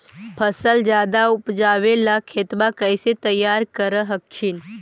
फसलबा ज्यादा उपजाबे ला खेतबा कैसे तैयार कर हखिन?